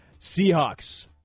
Seahawks